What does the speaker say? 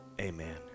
amen